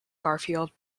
garfield